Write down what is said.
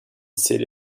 city